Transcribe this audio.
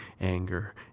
anger